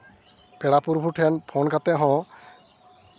ᱯᱮᱲᱟ ᱯᱨᱚᱵᱷᱩ ᱴᱷᱮᱱ ᱯᱷᱳᱱ ᱠᱟᱛᱮᱫ ᱦᱚᱸ